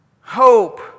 Hope